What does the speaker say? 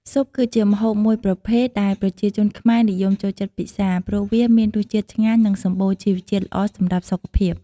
ស៊ុបគឺជាម្ហូបមួយប្រភេទដែលប្រជាជនខ្មែរនិយមចូលចិត្តពិសាព្រោះវាមានរសជាតិឆ្ងាញ់និងសម្បូរជីវជាតិល្អសម្រាប់សុខភាព។